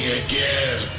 again